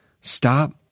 stop